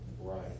Right